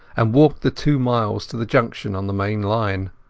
and walked the two miles to the junction on the main line.